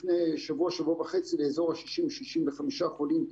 לפני שבוע, שבוע וחצי, לאזור ה-60, 65 חולים.